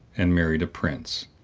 and married a prince,